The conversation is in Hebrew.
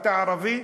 אתה ערבי,